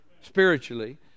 spiritually